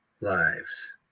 lives